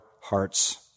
hearts